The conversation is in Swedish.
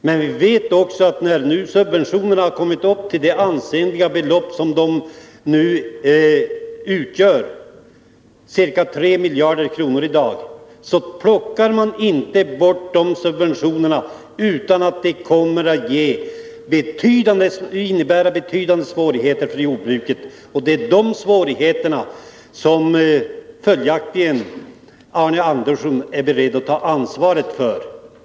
Men vi vet också att så ansenliga belopp — ca 3 miljarder kronor — som subventionerna nu har kommit upp i plockar man inte bort utan att det blir betydande svårigheter för jordbruket. Det är de svårigheterna som Arne Andersson tydligen är beredd att ta.